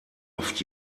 oft